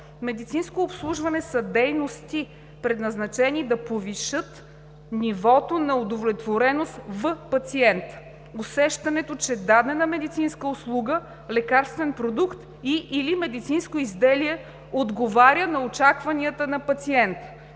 „Медицинско обслужване“ са дейности, предназначени да повишат нивото на удовлетвореност в пациента – усещането, че дадена медицинска услуга, лекарствен продукт и/или медицинско изделие отговаря на очакването на пациента.